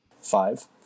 Five